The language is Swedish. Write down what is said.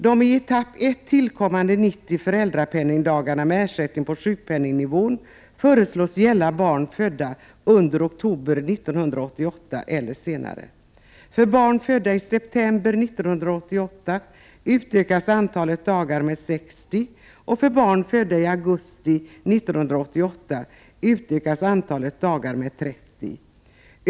De i etapp ett tillkommande 90 föräldrapenningdagarna med ersättning på sjukpenningnivån föreslås gälla barn födda under oktober 1988 eller senare. För barn födda i september 1988 utökas antalet dagar med 60, och för barn födda i augusti 1988 utökas antalet dagar med 30.